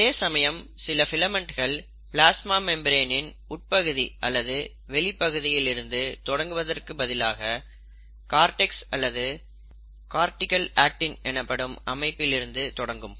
அதே சமயம் சில பிலமன்ட்கள் பிளாஸ்மா மெம்பிரன் இன் உட்பகுதி அல்லது வெளிப்பகுதியில் இருந்து தொடங்குவதற்கு பதிலாக கார்டெக்ஸ் அல்லது கார்டிகள் ஆக்டின் எனப்படும் அமைப்பிலிருந்து தொடங்கும்